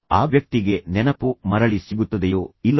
ಆ ವ್ಯಕ್ತಿಗೆ ನೆನಪು ಮರಳಿ ಸಿಗುತ್ತದೆಯೋ ಇಲ್ಲವೋ